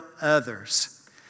others